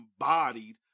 embodied